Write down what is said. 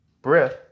Breath